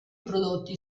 prodotti